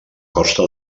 costa